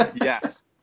yes